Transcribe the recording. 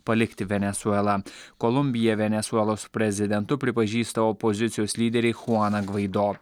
palikti venesuelą kolumbiją venesuelos prezidentu pripažįsta opozicijos lyderį chuaną gvaido